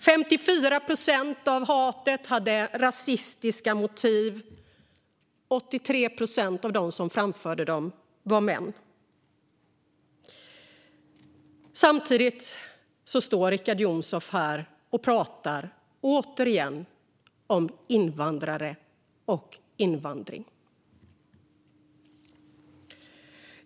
54 procent av hatet hade rasistiska motiv, och 83 procent av dem som framförde det var män. Samtidigt står Richard Jomshof återigen här och pratar om invandrare och invandring.